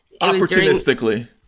Opportunistically